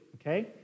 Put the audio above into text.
okay